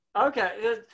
Okay